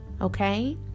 okay